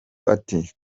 ati